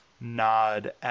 nod